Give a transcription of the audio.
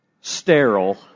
sterile